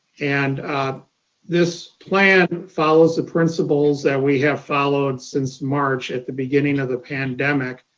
and this plan follows the principles that we have followed since march at the beginning of the pandemic,